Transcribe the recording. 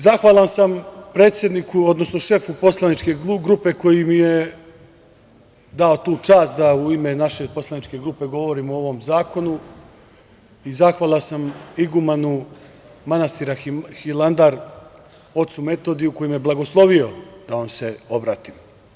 Zahvalan sam predsedniku, odnosno šefu poslaničke grupe koji mi je dao tu čast da u ime naše poslaničke grupe govorim o ovom zakonu i zahvalan sam igumanu manastira Hilandar, ocu Metodiju, koji me je blagoslovio da vam se obratim.